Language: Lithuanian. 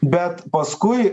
bet paskui